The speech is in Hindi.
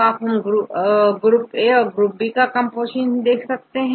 आप यहां पर ग्रुप ए और ग्रुप बी का कंपोजीशन देख सकते हैं